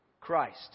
Christ